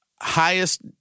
highest